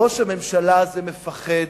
ראש הממשלה הזה מפחד,